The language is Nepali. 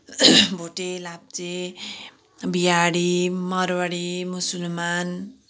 भोटे लाप्चे बिहारी मारवाडी मुसलमान